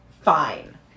fine